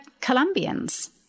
Colombians